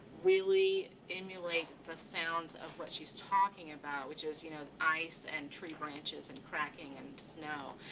really emulate the sounds of what she's talking about, which is you know ice, and tree branches, and cracking, and snow.